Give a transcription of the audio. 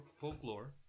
folklore